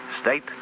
state